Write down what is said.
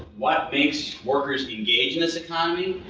what makes workers engage in this economy,